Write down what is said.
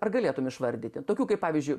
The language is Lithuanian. ar galėtum išvardyti tokių kaip pavyzdžiui